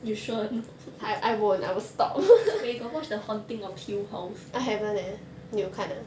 you sure or not eh you got watch the haunting of hill house